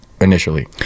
initially